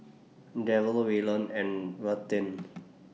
Darrel Wayland and Ruthanne